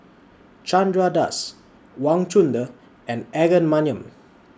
Chandra Das Wang Chunde and Aaron Maniam